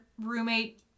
roommate